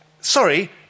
Sorry